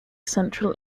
central